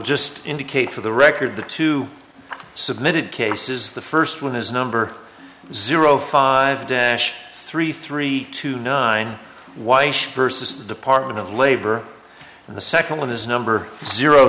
just indicate for the record the two submitted cases the first one is number zero five dish three three two nine why should first is the department of labor and the second one is number zero